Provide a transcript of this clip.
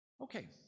Okay